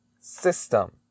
system